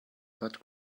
but